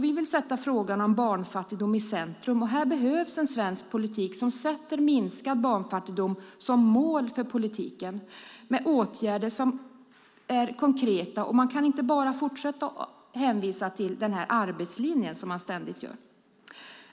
Vi vill sätta frågan om barnfattigdom i centrum. Här behövs en svensk politik som sätter minskad barnfattigdom som mål för politiken, med åtgärder som är konkreta. Man kan inte bara fortsätta att hänvisa till arbetslinjen, som man ständigt gör.